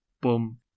boom